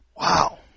Wow